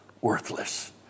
worthless